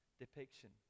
depiction